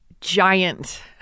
giant